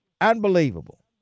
Unbelievable